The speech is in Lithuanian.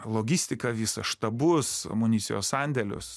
logistiką visą štabus amunicijos sandėlius